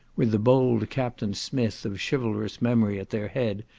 with the bold captain smith of chivalrous memory at their head,